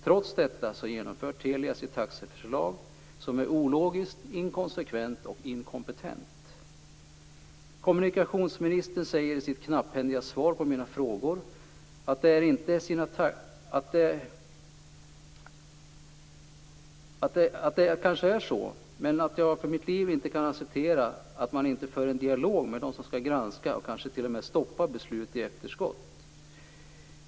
Trots det genomförde Telia sitt taxeförslag, som är ologiskt, inkonsekvent och inkompetent. Kommunikationsministern säger i sitt knapphändiga svar på mina frågor att det kanske är så, men jag kan för mitt liv inte acceptera att man inte för en dialog med dem som skall granska och kanske t.o.m. stoppa beslut i efterskott.